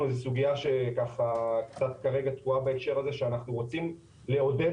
סוגיה שכרגע תקועה בהקשר הזה שאנחנו רוצים לעודד